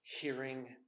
hearing